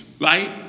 right